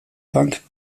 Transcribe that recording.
bank